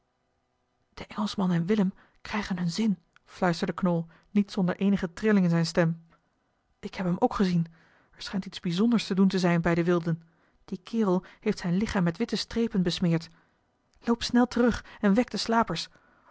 de engelschman en willem krijgen hun zin fluisterde knol niet zonder eenige trilling in zijne stem ik heb hem ook gezien er schijnt iets bijzonders te doen te zijn bij de wilden die kerel heeft zijn lichaam met witte strepen besmeerd loop snel terug en wek de slapers